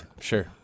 sure